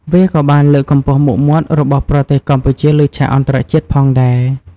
វាក៏បានលើកកម្ពស់មុខមាត់របស់ប្រទេសកម្ពុជាលើឆាកអន្តរជាតិផងដែរ។